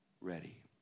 ready